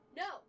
no